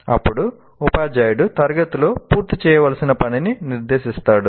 అప్పుడు ఉపాధ్యాయుడు తరగతిలో పూర్తి చేయవలసిన పనిని నిర్దేశిస్తాడు